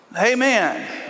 Amen